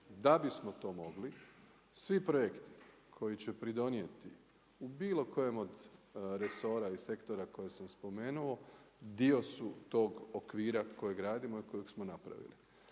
Da bismo to mogli, svi projekti koji će pridonijeti u bilo kojem od resora i sektora koje sam spomenuo, dio su tog okvira koji gradimo i kojeg smo napravili.